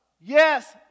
Yes